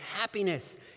happiness